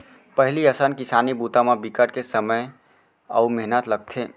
पहिली असन किसानी बूता म बिकट के समे अउ मेहनत लगथे